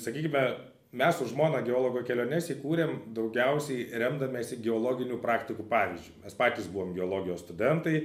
sakykime mes su žmona geologo keliones įkūrėm daugiausiai remdamiesi geologinių praktikų pavyzdžiu mes patys buvom geologijos studentai